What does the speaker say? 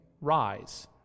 Rise